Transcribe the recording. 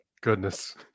goodness